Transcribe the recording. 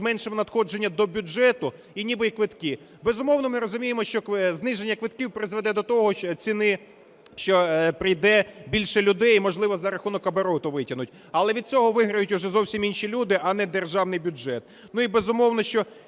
зменшимо надходження до бюджету і ніби й квитки. Безумовно, ми розуміємо, що зниження квитків ціни призведе до того, що прийде більше людей і, можливо, за рахунок обороту витягнуть. Але від цього виграють вже зовсім інші люди, а не державний бюджет. Ну, і, безумовно, що